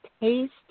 taste